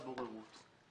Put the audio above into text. את ישיבת ועדת הכספים.